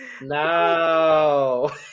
No